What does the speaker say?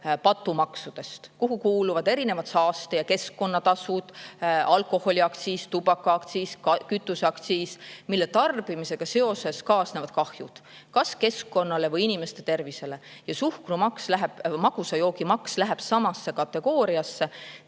patumaksudest, mille hulka kuuluvad erinevad saaste‑ ja keskkonnatasud, alkoholiaktsiis, tubakaaktsiis, ka kütuseaktsiis, mille tarbimisega kaasnevad kahjud kas keskkonnale või inimeste tervisele. Suhkrumaks ehk magusa joogi maks läheb samasse kategooriasse.